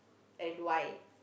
and why